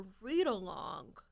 read-along